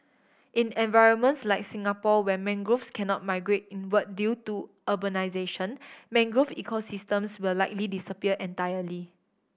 in environments like Singapore where mangroves cannot migrate inward due to urbanisation mangrove ecosystems will likely disappear entirely